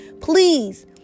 Please